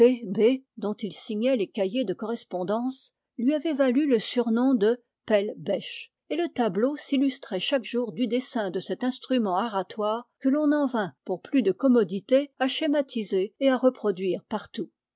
dont il signait les cahiers de correspondance lui avaient valu le surnom de pelle bêche et le tableau s'illustrait chaque jour du dessin de cet instrument aratoire que l'on en vint pour plus de commodité à schématiser et à reproduire partout